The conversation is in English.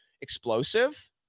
explosive